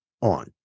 on